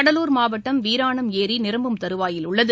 கடலூர் மாவட்டம் வீராணம் ஏரி நிரம்பும் தருவாயில் உள்ளது